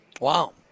Wow